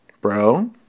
Bro